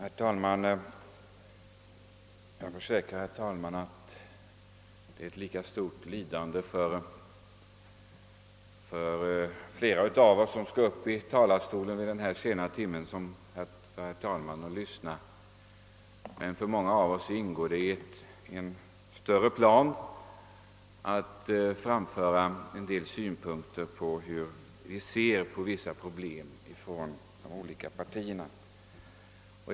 Herr talman! Jag försäkrar att det är ett lika stort lidande för flera av oss som skall upp i talarstolen vid denna sena timme som för herr talmannen att lyssna. Men för många av oss ingår det i en plan att framföra en del synpunkter på hur vi ser på vissa problem ifrån de olika partierna.